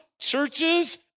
churches